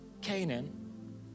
Canaan